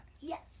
Yes